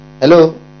hello